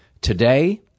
Today